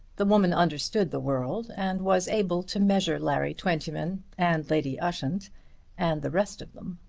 the woman understood the world and was able to measure larry twentyman and lady ushant and the rest of them.